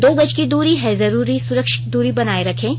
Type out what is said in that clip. दो गज की दूरी है जरूरी सुरक्षित दूरी बनाए रखें